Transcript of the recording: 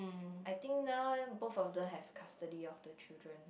I think now both of them has custody of the children